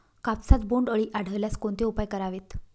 कापसात बोंडअळी आढळल्यास कोणते उपाय करावेत?